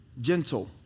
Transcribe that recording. gentle